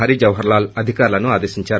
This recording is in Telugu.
హరిజవహర్ లాల్ అధికారులను ఆదేశించారు